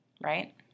right